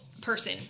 person